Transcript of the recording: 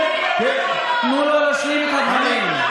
תנו לו להשלים את הדברים.